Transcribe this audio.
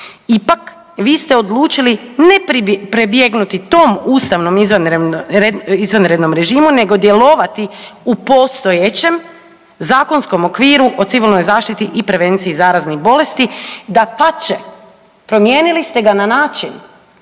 Ipak vi ste odlučili ne pribjegnuti tom ustavnom izvanrednom režimu nego djelovati u postojećem zakonskom okviru o civilnoj zaštiti i prevenciji zaraznih bolesti, dapače, promijenili ste ga na način